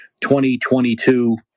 2022